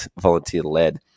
volunteer-led